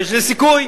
ושיש לזה סיכוי.